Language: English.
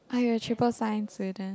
oh you're triple science student